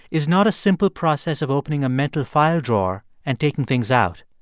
is not a simple process of opening a mental file drawer and taking things out.